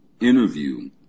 interview